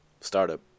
startup